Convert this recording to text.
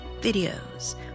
videos